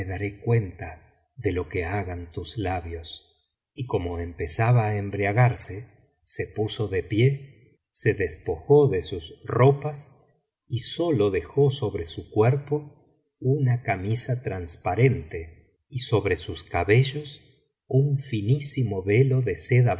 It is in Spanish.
daré cuenta de lo que bagan tus labios y como empezaba á embriagarse se puso de pie se despojó de sus ropas y sólo dejó sobre su cuerpo una camisa transparente y sobre sus cabellos un finísimo velo de seda